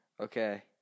okay